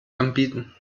anbieten